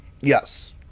Yes